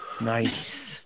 nice